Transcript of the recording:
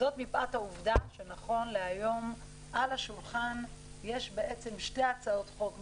זאת מפאת העובדה שנכון להיום על השולחן יש בעצם שתי הצעות חוק מרכזיות,